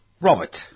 Robert